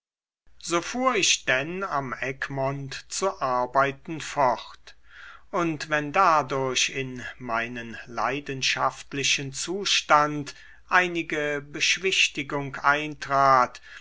so fuhr ich denn am egmont zu arbeiten fort und wenn dadurch in meinen leidenschaftlichen zustand einige beschwichtigung eintrat